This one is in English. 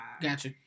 Gotcha